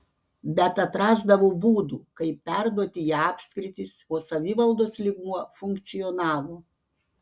bet atrasdavo būdų kaip perduoti į apskritis o savivaldos lygmuo funkcionavo